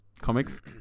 Comics